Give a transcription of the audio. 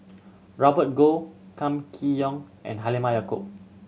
Robert Goh Kam Kee Yong and Halimah Yacob